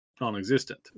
non-existent